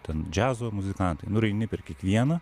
ten džiazo muzikantai nu ir eini per kiekvieną